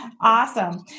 Awesome